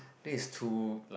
this is too like